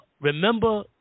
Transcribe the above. Remember